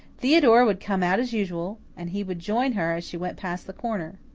theodora would come out as usual, and he would join her as she went past the corner.